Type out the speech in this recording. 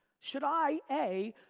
should i, a,